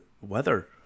weather